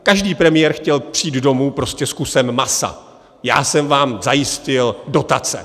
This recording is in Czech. Každý premiér chtěl přijít domů prostě s kusem masa já jsem vám zajistil dotace.